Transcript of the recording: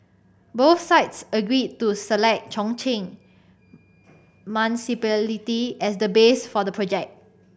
both sides agreed to select Chongqing as the base for the project